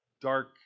dark